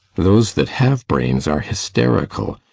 those that have brains are hysterical,